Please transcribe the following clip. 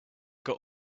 got